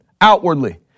outwardly